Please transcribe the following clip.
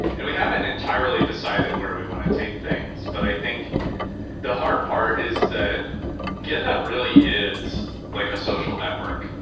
and we haven't entirely decided whether we want to take things, but i think the harder part is that github really is like a social network,